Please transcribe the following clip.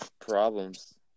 problems